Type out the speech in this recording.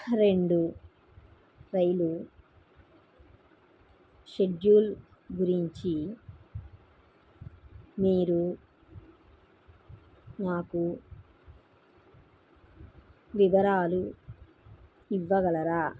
రెండు రైలు షెడ్యూల్ గురించి మీరు నాకు వివరాలు ఇవ్వగలరా